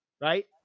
right